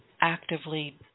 actively